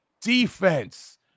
defense